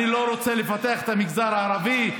אני לא רוצה לפתח את המגזר הערבי,